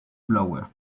blower